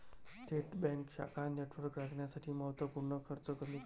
थेट बँका शाखा नेटवर्क राखण्यासाठी महत्त्व पूर्ण खर्च कमी करतात